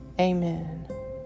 Amen